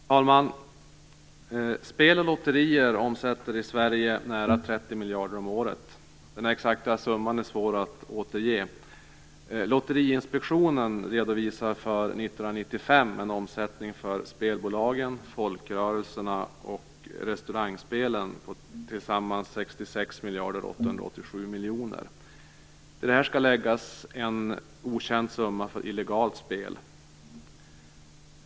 Fru talman! Spel och lotterier omsätter i Sverige nära 30 miljarder om året. Den exakta summan är svår att återge. Lotteriinspektionen redovisar för 1995 en omsättning för spelbolagen, folkrörelserna och restaurangspelen på tillsammans 26 887 000 000 kr. Till det skall läggas en okänd summa för illegalt spel.